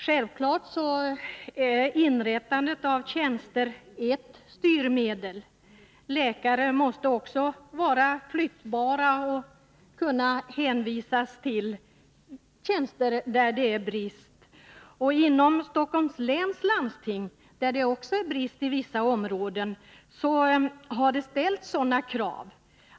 Självklart är inrättande av tjänster ett styrmedel. Också läkare måste vara flyttbara och kunna hänvisas till platser där det är brist på läkare. I Stockholms läns landsting, där det råder läkarbrist inom vissa områden, har man ställt sådana krav.